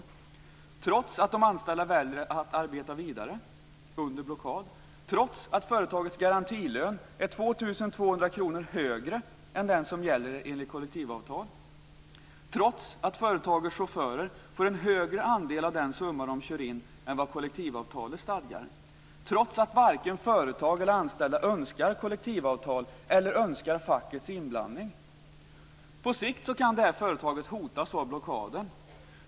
Detta sker trots att de anställda väljer att arbeta vidare under blockad och trots att företagets garantilön är 2 200 kr högre än den som gäller enligt kollektivavtal. Det sker trots att företagets chaufförer får en högre andel av den summa de kör in än vad kollektivavtalet stadgar och trots att vare sig företag eller anställda önskar kollektivavtal eller facklig inblandning. På sikt kan det här företaget hotas av blockaden.